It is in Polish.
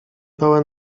pełen